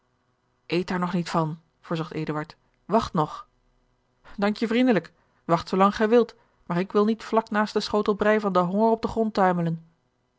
daar nog niet van verzocht eduard wacht nog dank je vriendelijk wacht zoo lang gij wilt maar ik wil niet vlak naast den schotel brij van den honger op den grond tuimelen